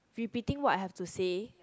repeating what I have to say